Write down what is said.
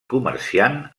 comerciant